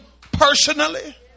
personally